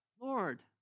Lord